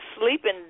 sleeping